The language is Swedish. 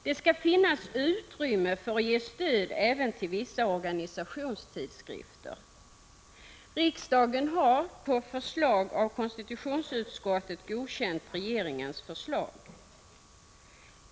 Det skall finnas utrymme för att ge stöd även till vissa organisationstidskrifter. Riksdagen har på förslag av konstitutionsutskottet godkänt regeringens förslag.